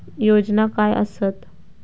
योजना काय आसत?